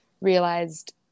realized